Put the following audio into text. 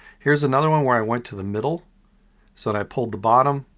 here's another one where i went to the middle so i pulled the bottom.